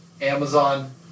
Amazon